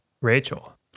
Rachel